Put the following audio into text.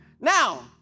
Now